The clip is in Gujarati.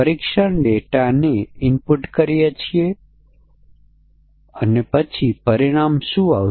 ખાસ કરીને ખૂબ જ અનુભવી પ્રોગ્રામરો એ કરી